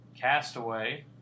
Castaway